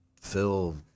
Phil